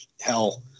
hell